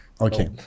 Okay